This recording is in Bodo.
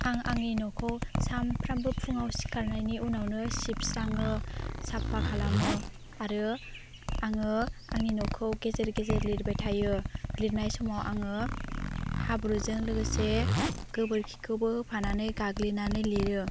आं आंनि न'खौ सामफ्रामबो फुंआव सिखारनायनि उनावनो सिबस्राङो साफा खालामो आरो आङो आंनि न'खौ गेजेर गेजेर लेरबाय थायो लिरनाय समाव आङो हाब्रुजों लोगोसे गोबोरखिखौबो होफानानै गाग्लिनानै लिरो